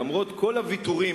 למרות כל הוויתורים